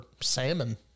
salmon